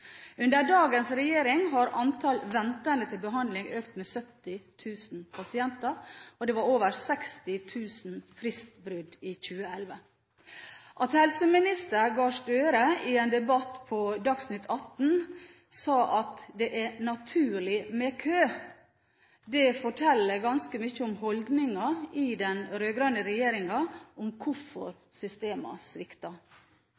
Under dagens regjering har antallet som venter på behandling, økt med 70 000 pasienter, og det var over 60 000 fristbrudd i 2011. At helseminister Gahr Støre i en debatt på Dagsnytt 18 sa at det var naturlig med kø, forteller ganske mye om holdninger i den rød-grønne regjeringen – om